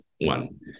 one